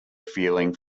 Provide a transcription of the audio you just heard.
feeling